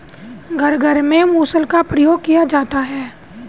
घर घर में मुसल का प्रयोग किया जाता है